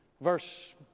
verse